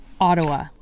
Ottawa